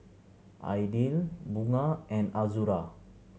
Aidil Bunga and Azura